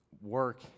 work